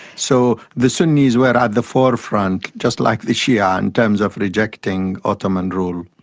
so the sunnis were at um the forefront, just like the shia, in terms of rejecting ottoman rule.